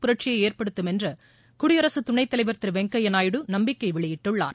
புரட்சியை ஏற்படுத்தும் என்று குடியரசு துணைத்தலைவர் திரு வெங்கையா நாயுடு நம்பிக்கை வெளியிட்டுள்ளார்